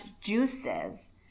juices